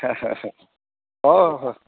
ꯍꯣꯏ ꯍꯣꯏ